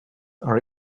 are